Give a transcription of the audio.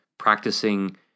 practicing